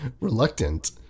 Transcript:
reluctant